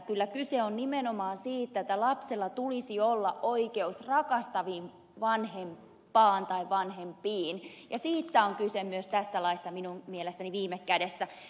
kyllä kyse on nimenomaan siitä että lapsella tulisi olla oikeus rakastavaan vanhempaan tai rakastaviin vanhempiin ja siitä on kyse myös tässä laissa minun mielestäni viime kädessä